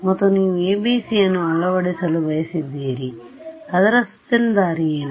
ಮತ್ತು ನೀವು ABCಯನ್ನು ಅಳವಡಿಸಲು ಬಯಸಿದ್ದೀರಿ ಅದರ ಸುತ್ತಲಿನ ದಾರಿ ಏನು